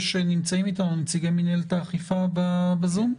נמצאים אתנו נציגי מנהלת האכיפה בזום,